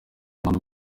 filime